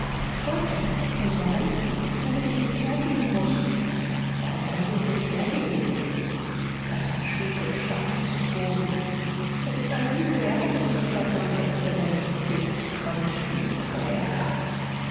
heute und warum damit ich's nicht hergeben muß warum wollen sie es nicht hergeben caspar schwieg und starrte zu boden das ist eine lüge er hat es nicht verbrannt exzellenz zeterte quandt bebend vor ärger